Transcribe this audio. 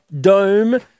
dome